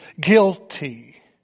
guilty